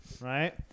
right